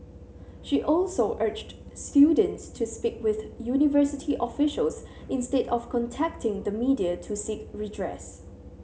she also urged students to speak with university officials instead of contacting the media to seek redress